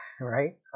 right